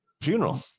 funeral